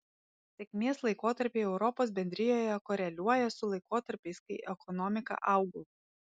sėkmės laikotarpiai europos bendrijoje koreliuoja su laikotarpiais kai ekonomika augo